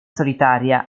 solitaria